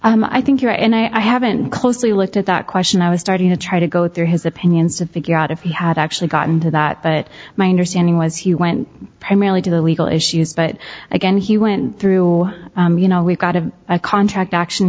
jurisdiction i think you're and i haven't closely looked at that question i was starting to try to go through his opinions to figure out if he had actually gotten to that but my understanding was he went primarily to the legal issues but again he went through you know we've got a contract action